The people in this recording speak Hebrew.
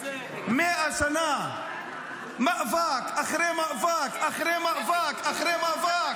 100 שנה מאבק אחרי מאבק אחרי מאבק אחרי מאבק,